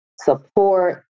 support